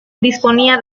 disponía